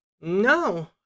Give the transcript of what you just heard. no